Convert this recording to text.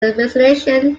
resignation